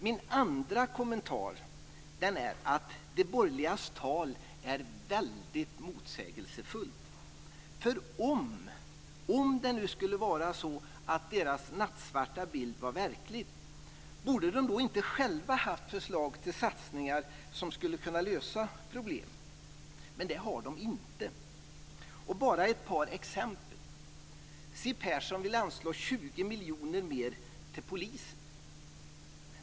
Min andra kommentar är att de borgerligas tal är väldigt motsägelsefullt. Om det nu skulle vara så att deras nattsvarta bild var verklig - borde de då inte själva haft förslag till satsningar som skulle kunna lösa problemen? Men det har de inte. Bara ett par exempel: Siw Persson vill anslå 20 miljoner mer till polisen.